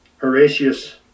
Horatius